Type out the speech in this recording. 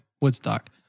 Woodstock